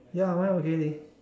ya mine okay leh